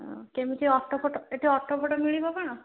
ହଁ କେମିତି auto photo ଏଠି ଅଟୋ ଫଟୋ ମିଳିବ କ'ଣ